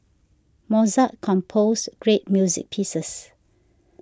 Mozart composed great music pieces